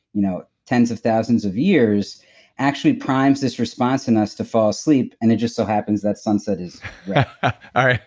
you know, tens of thousands of years actually primes this response in us to fall asleep, and it just so happens that sunset is ah